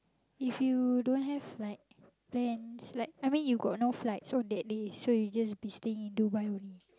if you don't have like plans like I mean you got no flight so that day so you just be staying in Dubai only